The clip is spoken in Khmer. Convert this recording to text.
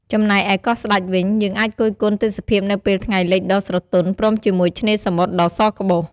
ចំណែកឯកោះស្តេចវិញ យើងអាចគយគន់ទេសភាពនៅពេលថ្ងៃលិចដ៏ស្រទន់ ព្រមជាមួយឆ្នេរសមុទ្រដ៏សក្បុស។